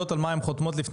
הן אמורות לדעת.